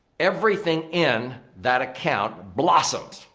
everything in that account blossoms.